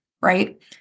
Right